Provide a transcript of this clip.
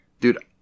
dude